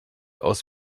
aus